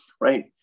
right